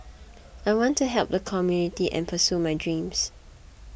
I want to help the community and pursue my dreams